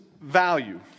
value